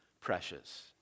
precious